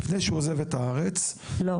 זאת